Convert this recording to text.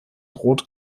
rot